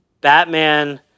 Batman